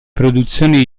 produzione